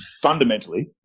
fundamentally